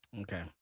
Okay